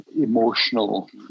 emotional